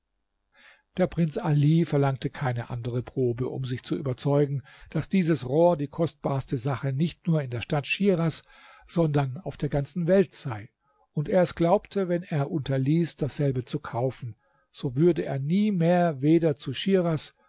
der prinz ali verlangte keine andere probe um sich zu überzeugen daß dieses rohr die kostbarste sache nicht nur in der stadt schiras sondern auf der ganzen welt sei und er es glaubte wenn er unterließ dasselbe zu kaufen so würde er nie mehr weder zu schiras